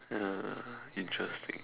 ya interesting